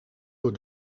door